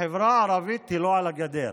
החברה הערבית היא לא על הגדר.